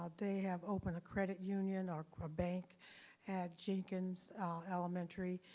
ah they have open a credit union or bank at jenkins elementary.